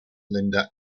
linda